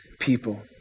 people